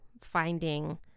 finding